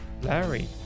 Larry